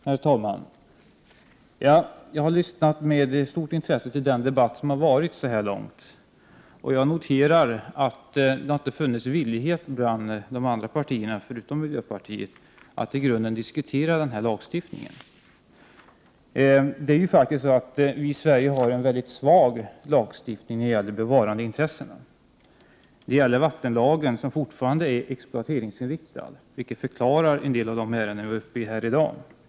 Herr talman! Jag har med stort intresse lyssnat till debatten hittills, och jag noterar att det inte funnits någon vilja bland andra partier än miljöpartiet att i grunden diskutera denna lagstiftning. Den lagstiftning vi har i Sverige när det gäller bevarandeintressena är mycket svag. Det gäller vattenlagen, som fortfarande är exploateringsinriktad, vilket förklarar en del av de ärenden som behandlas i dag.